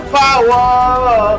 power